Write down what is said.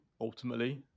ultimately